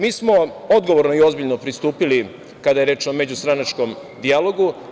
Mi smo odgovorno i ozbiljno pristupili kada je reč o međustranačkom dijalogu.